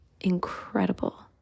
incredible